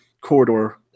corridor